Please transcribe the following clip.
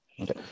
Okay